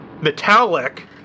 metallic